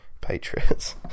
Patriots